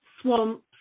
swamps